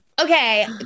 Okay